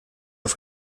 auf